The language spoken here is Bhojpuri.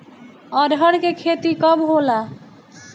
अरहर के खेती कब होला?